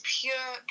pure